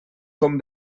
com